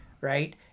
Right